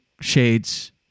shades